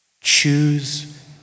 Choose